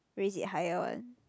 raise it higher one